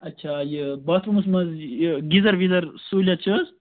اچھا یہِ باتھ روٗمَس منٛز یہِ گیٖزَر ویٖزَر سہوٗلِیات چھِ حظ